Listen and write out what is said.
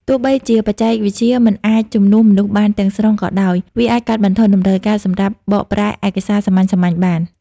ទោះបីជាបច្ចេកវិទ្យាមិនអាចជំនួសមនុស្សបានទាំងស្រុងក៏ដោយ វាអាចកាត់បន្ថយតម្រូវការសម្រាប់បកប្រែឯកសារសាមញ្ញៗបាន។